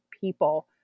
people